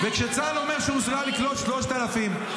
12,000 פצועים.